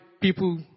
people